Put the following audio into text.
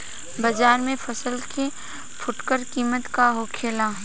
बाजार में फसल के फुटकर कीमत का होखेला?